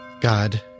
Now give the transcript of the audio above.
God